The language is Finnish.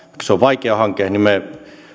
se on vaikea hanke me